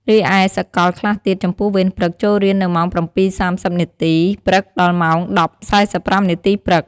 រីឯសកលខ្លះទៀត ចំពោះវេនព្រឹក ចូលរៀននៅម៉ោង ៧ៈ៣០ នាទី ព្រឹក ដល់ម៉ោង ១០ៈ៤៥ នាទី ព្រឹក ។